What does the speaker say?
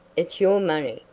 it's your money,